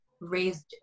raised